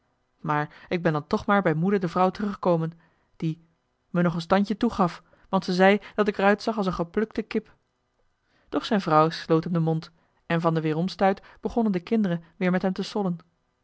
maar ik ben dan toch maar bij moeder de vrouw teruggekomen die me nog een standje toe gaf want ze zei dat ik er uitzag als een geplukte kip doch zijn vrouw sloot hem den mond en van den weeromstuit begonnen de kinderen weer met hem